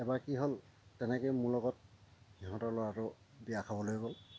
এবাৰ কি হ'ল তেনেকৈ মোৰ লগত সিহঁতৰ ল'ৰাটো বিয়া খাবলৈ গ'ল